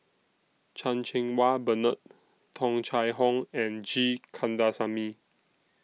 Chan Cheng Wah Bernard Tung Chye Hong and G Kandasamy